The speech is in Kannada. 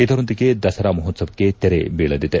ಇದರೊಂದಿಗೆ ದಸರಾ ಮಹೋತ್ಸವಕ್ಕೆ ತೆರೆ ಬೀಳಲಿದೆ